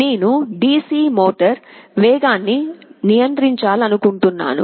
నేను DC motor వేగాన్ని నియంత్రించాలనుకుంటున్నాను